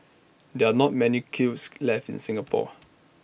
there are not many kilns left in Singapore